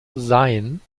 sein